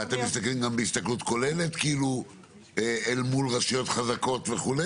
ואתם מסתכלים גם בהסתכלות כוללת אל מול רשויות חזקות וכו'?